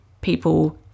people